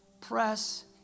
press